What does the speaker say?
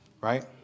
right